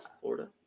Florida